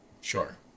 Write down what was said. Sure